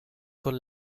con